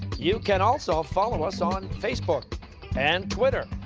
you can also follow us on facebook and twitter.